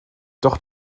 doch